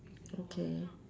okay